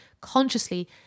consciously